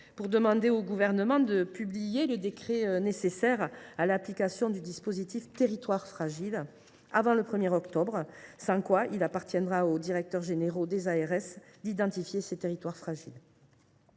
pour demander au Gouvernement de publier le décret nécessaire à l’application du dispositif Territoires fragiles avant le 1 octobre, sans quoi il appartiendra aux directeurs généraux des agences régionales